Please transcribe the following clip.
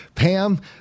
Pam